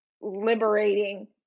liberating